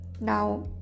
now